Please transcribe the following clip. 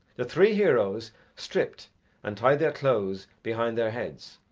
the three heroes stripped and tied their clothes behind their heads,